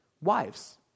wives